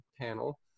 panel